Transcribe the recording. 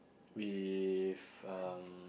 with um